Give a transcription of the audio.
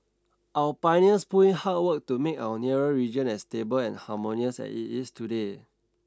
our pioneers put in hard work to make our nearer region as stable and harmonious as it is today